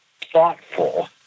thoughtful